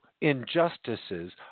injustices